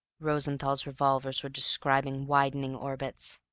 rosenthall's revolvers were describing widening orbits.